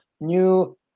new